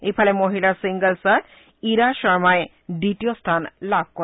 ইফালে মহিলাৰৰ ছিংগলছত ইৰা শৰ্মাই দ্বিতীয় স্থান লাভ কৰে